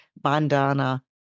Bandana